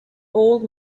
old